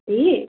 दिदी